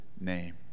name